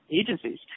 agencies